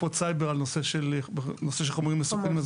התקפות סייבר על נושא של חומרים מסוכנים.